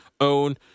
own